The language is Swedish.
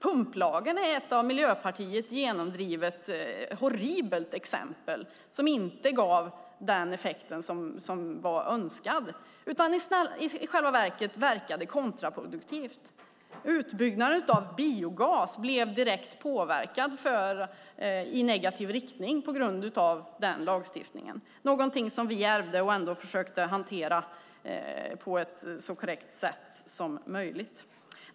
Pumplagen är ett av Miljöpartiet genomdrivet, horribelt exempel som inte gav den önskade effekten, utan den blev i själva verket kontraproduktiv. Utbyggnaden av biogas blev direkt påverkad i negativ riktning på grund av den lagstiftningen. Det var någonting som vi ärvde och försökte hantera på ett så korrekt sätt som möjligt.